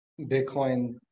bitcoin